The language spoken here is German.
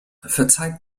verzeiht